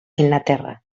inglaterra